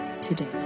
today